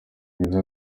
byiza